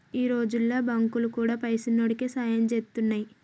ఈ రోజుల్ల బాంకులు గూడా పైసున్నోడికే సాయం జేత్తున్నయ్